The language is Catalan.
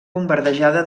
bombardejada